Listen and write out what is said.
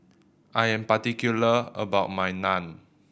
I am particular about my Naan